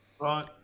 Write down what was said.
right